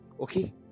Okay